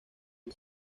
del